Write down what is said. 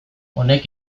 honek